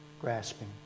grasping